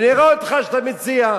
ונראה אותך מציע.